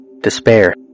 Despair